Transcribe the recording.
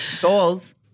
goals